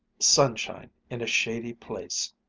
sunshine in a shady place.